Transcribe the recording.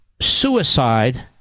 suicide